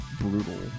brutal